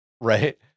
right